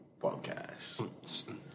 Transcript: podcast